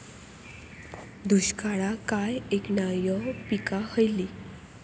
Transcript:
दुष्काळाक नाय ऐकणार्यो पीका खयली?